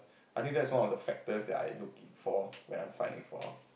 I think that's one of the factors that I'm looking for that I'm finding for